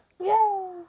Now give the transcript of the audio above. Yay